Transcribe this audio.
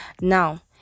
now